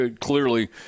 clearly